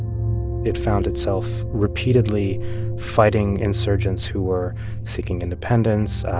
it found itself repeatedly fighting insurgents who were seeking independence.